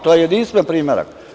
To je jedinstveni primerak.